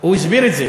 הוא הסביר את זה.